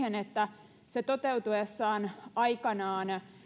siihen että se toteutuessaan aikanaan